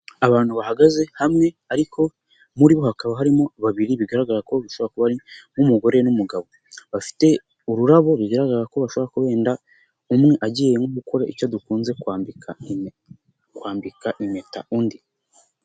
Abantu bahagaze hamwe ariko muri bo hakaba harimo babiri bigaragara ko bishobora kuba ari nk'umugore n'umugabo, bafite ururabo bigaragara ko bashobora kuva wenda umwe agiye nko gukora icyo dukunze kwambika impeta undi.